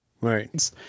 Right